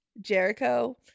Jericho